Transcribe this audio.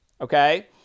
Okay